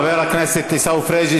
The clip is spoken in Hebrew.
חבר הכנסת עיסאווי פריג',